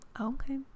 Okay